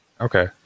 Okay